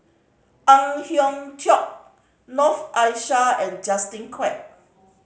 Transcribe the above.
Ang Hiong Chiok Noor Aishah and Justin Quek